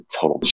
total